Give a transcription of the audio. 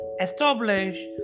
establish